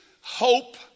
hope